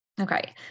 Okay